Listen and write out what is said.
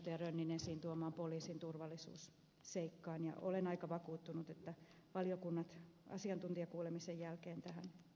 rönnin esiintuomaan poliisin turvallisuusseikkaan ja olen aika vakuuttunut että valiokunnat asiantuntijakuulemisen jälkeen tähän yhtyvät